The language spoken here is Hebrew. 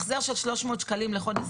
החזר של 300 שקלים לחודש.